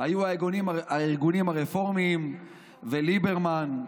היו הארגונים הרפורמיים וליברמן,